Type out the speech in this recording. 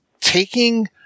taking